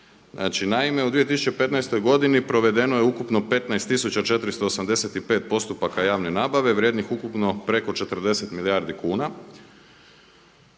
naime u 2015. godini provedeno je ukupno 15 tisuća 485 postupaka javne nabave vrijednih ukupno preko 40 milijardi kuna.